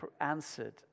answered